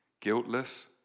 guiltless